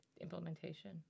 implementation